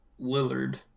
Lillard